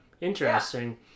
Interesting